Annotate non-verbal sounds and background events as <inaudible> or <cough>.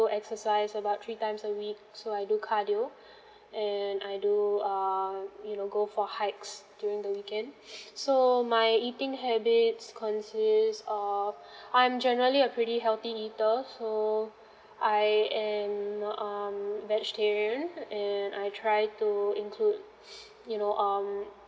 exercise about three times a week so I do cardio <breath> and I do err you know go for hikes during the weekend <noise> so my eating habits consists err I'm generally a pretty healthy eater so I am um vegetarian and I try to include <noise> you know um